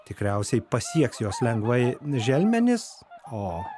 tikriausiai pasieks jos lengvai želmenis o